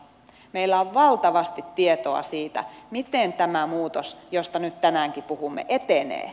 meillä on valtavasti tietoa siitä miten tämä muutos josta nyt tänäänkin puhumme etenee